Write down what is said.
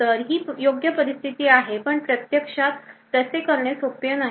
तर ही योग्य परिस्थिती आहे पण प्रत्यक्षात तसे करणे सोपे नाही